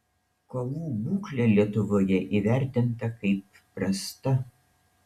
kovų būklė lietuvoje įvertinta kaip prasta